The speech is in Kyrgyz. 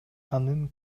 анын